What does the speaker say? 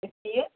इसलिए